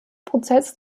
prozess